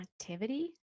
Activity